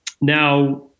now